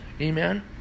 Amen